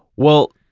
well,